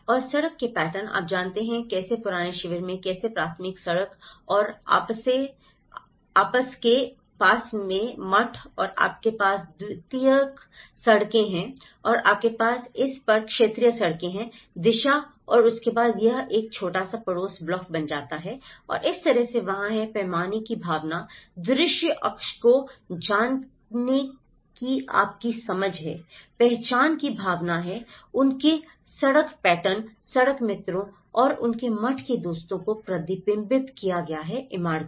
और सड़क के पैटर्न आप जानते हैं कैसे पुराने शिविर में कैसे प्राथमिक सड़क और आपके पास है मठ और आपके पास द्वितीयक सड़कें हैं और आपके पास इस पर क्षेत्रीय सड़कें हैं दिशा और उसके बाद यह एक छोटा सा पड़ोस ब्लॉक बन जाता है और इस तरह से वहाँ है पैमाने की भावना दृश्य अक्ष को जानने की आपकी समझ है पहचान की भावना है उनके सड़क पैटर्न सड़क मित्रों और उनके मठ के दोस्तों को प्रतिबिंबित किया गया है इमारतें